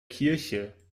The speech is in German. kirche